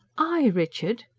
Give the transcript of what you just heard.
i, richard!